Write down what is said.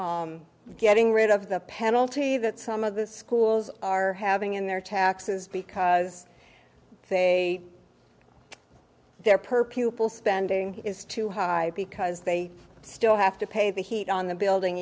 getting rid of the penalty that some of the schools are having in their taxes because say their per pupil spending is too high because they still have to pay the heat on the building